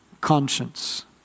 conscience